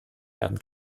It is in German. werden